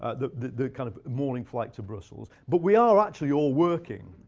ah the the kind of morning flight to brussels. but we are actually all working.